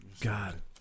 god